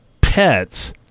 pets